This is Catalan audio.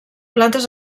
plantes